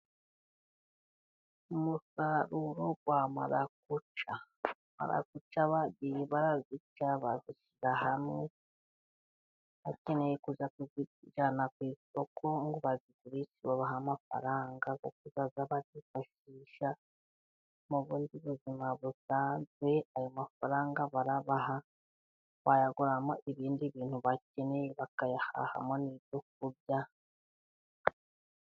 Umusaruro w'amaraguca, maraguca bagiye bazica bazishyira hamwe bakeneye kuza kuzijyana ku isoko ngo bazigurishe babahe amafaranga, yo kuzajya bazifashisha mu bundi buzima busanze. Ayo mafaranga barabaha bayaguramo ibindi bintu bakeneye bakayahahamo n'ibyo kurya.